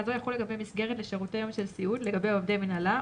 זו יחול לגבי מסגרת לשירותי יום של סיעוד לגבי עובדי מינהלה,